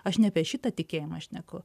aš ne apie šitą tikėjimą šneku